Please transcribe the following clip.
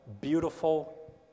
beautiful